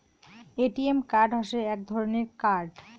ATM card হসে এক ধরণের কার্ড